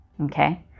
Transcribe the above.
okay